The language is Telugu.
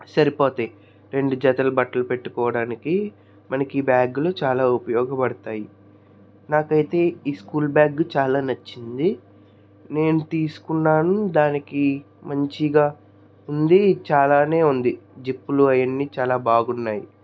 సరిపోతాయి రెండు జతలు బట్టలు పెట్టుకోవడానికి మనకి ఈ బ్యాగ్లు చాలా ఉపయోగపడతాయి నాకైతే ఈ స్కూల్ బ్యాగ్ చాలా నచ్చింది నేను తీసుకున్నాను దానికి మంచిగా ఉంది చాలానే ఉంది జిప్పులు అవన్నీ చాలా బాగున్నాయి